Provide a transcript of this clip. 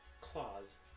claws